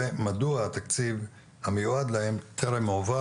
ומדוע התקציב המיועד להם טרם הועבר.